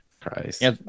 Christ